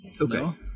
okay